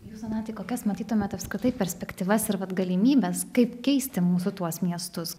jūs donatai kokias matytumėt apskritai perspektyvas ir vat galimybes kaip keisti mūsų tuos miestus